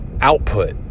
output